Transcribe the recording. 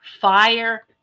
fire